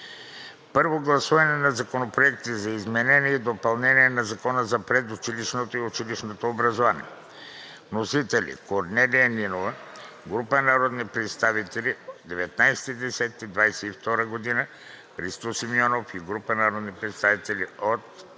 Първо гласуване на Законопроекти за изменение и допълнение на Закона за предучилищното и училищното образование. Вносители са Корнелия Нинова и група народни представители на 19 октомври 2022 г.; Христо Симеонов и група народни представители на